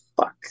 fuck